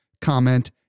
comment